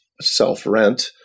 self-rent